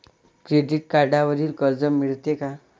Credit कार्डवरही कर्ज मिळते का?